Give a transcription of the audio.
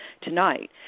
tonight